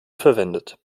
verwendet